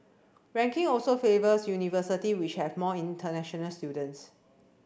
ranking also favours university which have more international students